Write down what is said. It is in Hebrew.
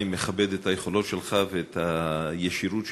אני מכבד את היכולות שלך ואת הישירות שלך,